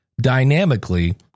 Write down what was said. dynamically